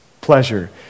pleasure